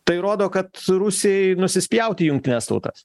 tai rodo kad rusijai nusispjauti į jungtines tautas